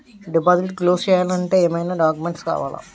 Deposit close చేయాలి అంటే ఏమైనా డాక్యుమెంట్స్ కావాలా?